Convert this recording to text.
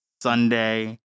Sunday